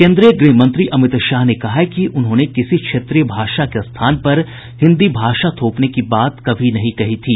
केन्द्रीय गृहमंत्री अमित शाह ने कहा कि उन्होंने किसी क्षेत्रीय भाषा के स्थान पर हिन्दी थोपने की बात कभी नहीं कही थी